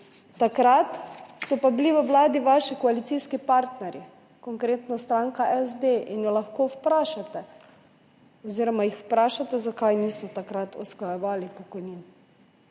Takrat so pa bili v vladi vaši koalicijski partnerji, konkretno stranka SD, in jo lahko vprašate oziroma jih vprašate, zakaj niso takrat usklajevali pokojnin.